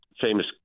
famous